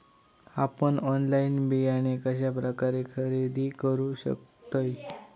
आपन ऑनलाइन बियाणे कश्या प्रकारे खरेदी करू शकतय?